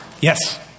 Yes